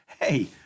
Hey